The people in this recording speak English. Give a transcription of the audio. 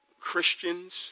Christians